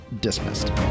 dismissed